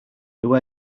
who